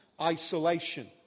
isolation